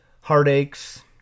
heartaches